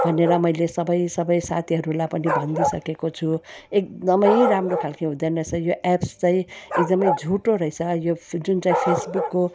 भनेर मैले सबै सबै साथीहरूलाई पनि भनिदिइसकेको छु एकदमै राम्रो खालको हुँदैन रहेछ यो एप्स चाहिँ एकदमै झुटो रहेछ यो जुन चाहिँ फेसबुकको